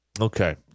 Okay